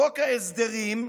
חוק ההסדרים,